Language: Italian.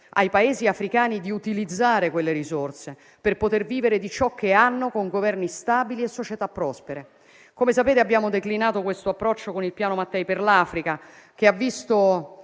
ai Paesi africani di utilizzare quelle risorse per poter vivere di ciò che hanno, con Governi stabili e società prospere. Come sapete, abbiamo declinato questo approccio con il Piano Mattei per l'Africa, che ha visto